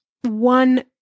one